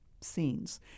scenes